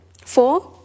Four